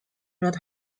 not